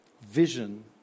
Vision